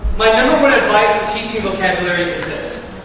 my number one advice for teaching vocabulary is this.